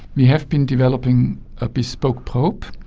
we have been developing a bespoke probe,